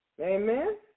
Amen